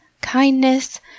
kindness